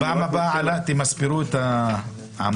בפעם הבאה תמספרו את העמודים.